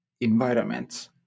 environments